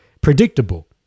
predictable